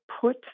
put